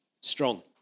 strong